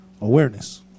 awareness